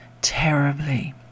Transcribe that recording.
terribly